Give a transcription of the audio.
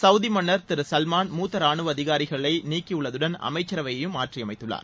Saudi மன்னர் திரு Salman மூத்த ரானுவ அதிகாரிகளை நீக்கியுள்ளதுடன் அமைச்சரவையையும் மாற்றி அமைத்துள்ளார்